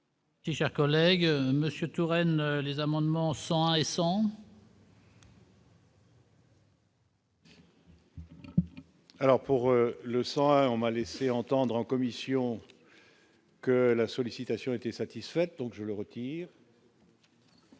sens. Cher collègue Monsieur Touraine les amendements 101 et 100. Alors pour le sang, un homme a laissé entendre en commission que la sollicitation été satisfaite, donc je le retire. Et